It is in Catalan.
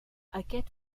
aquest